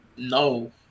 No